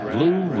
Blue